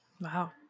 Wow